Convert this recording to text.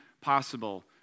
possible